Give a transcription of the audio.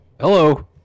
Hello